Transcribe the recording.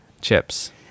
chips